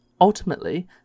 Ultimately